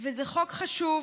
וזה חוק חשוב,